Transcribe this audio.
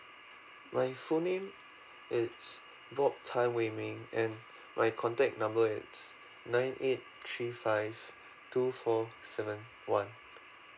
my full name is bob tan wei ming and my contact number is nine eight three five two four seven one